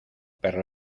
perro